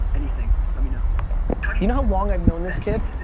anything. let me know. you know how long i've known this kid?